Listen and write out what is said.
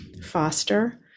Foster